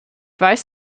weiß